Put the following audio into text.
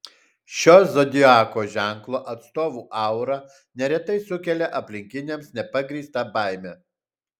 šio zodiako ženklo atstovų aura neretai sukelia aplinkiniams nepagrįstą baimę